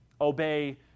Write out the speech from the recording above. obey